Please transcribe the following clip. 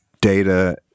data